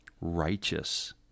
Righteous